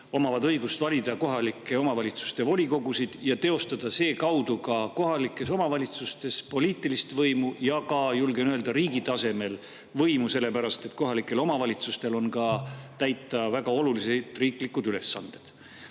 omavad õigust valida kohalike omavalitsuste volikogusid ja teostada seekaudu kohalikes omavalitsustes poliitilist võimu ja ka riigi tasemel võimu, julgen öelda, sellepärast et kohalikel omavalitsustel on täita väga olulised riiklikud ülesanded.